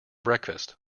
breakfast